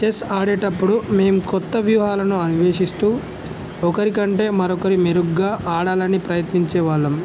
chess ఆడేటప్పుడు మేము కొత్త వ్యూహాలను అన్వేషిస్తూ ఒకరికంటే మరొకరు మెరుగ్గా ఆడాలని ప్రయత్నించేవాళ్ళం